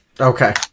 Okay